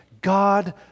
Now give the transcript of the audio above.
God